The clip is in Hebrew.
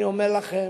אני אומר לכם,